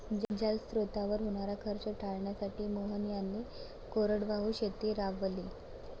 जलस्रोतांवर होणारा खर्च टाळण्यासाठी मोहन यांनी कोरडवाहू शेती राबवली